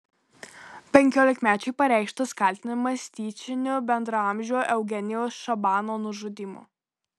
penkiolikmečiui pareikštas kaltinimas tyčiniu bendraamžio eugenijaus šabano nužudymu